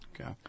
Okay